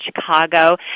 Chicago